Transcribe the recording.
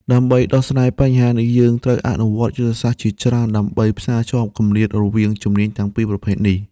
ដើម្បីដោះស្រាយបញ្ហានេះ យើងត្រូវអនុវត្តយុទ្ធសាស្ត្រជាច្រើនដើម្បីផ្សារភ្ជាប់គម្លាតរវាងជំនាញទាំងពីរប្រភេទនេះ។